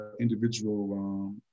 individual